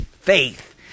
faith